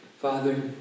Father